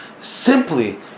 simply